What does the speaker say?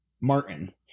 Martin